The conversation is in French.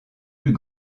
plus